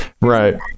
right